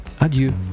adieu